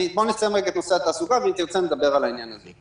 אני אסיים קודם את נושא התעסוקה ואם תרצה נדבר על העניין הזה.